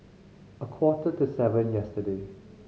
a quarter to seven yesterday